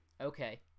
Okay